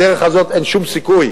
בדרך הזאת אין שום סיכוי,